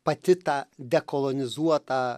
pati ta dekolonizuota